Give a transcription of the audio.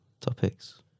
topics